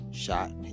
shot